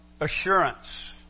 assurance